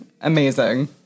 Amazing